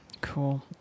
Cool